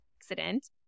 accident